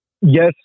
yes